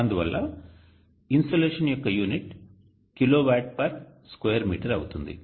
అందువల్ల ఇన్సోలేషన్ యొక్క unit kilowatt per square metre అవుతుంది